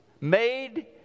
made